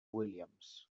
williams